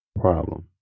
problem